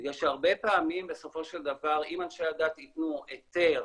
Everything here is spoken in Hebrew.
בגלל שהרבה פעמים בסופו של דבר אם אנשי הדת ייתנו היתר,